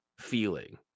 feeling